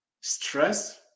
stress